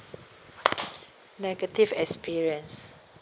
negative experience